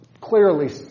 clearly